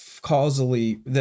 causally –